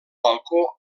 balcó